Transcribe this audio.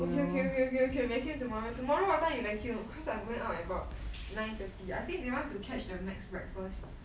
okay okay okay okay vacuum tomorrow tomorrow what time you vacuum because I'm going about nine thirty I think they want to catch the McDonald's breakfast